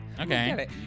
Okay